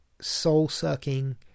soul-sucking